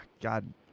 god